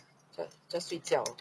just 睡觉